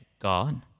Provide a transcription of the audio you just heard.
God